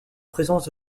présence